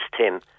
Tim